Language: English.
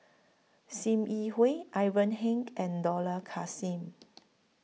SIM Yi Hui Ivan Heng and Dollah Kassim